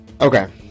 Okay